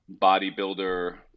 bodybuilder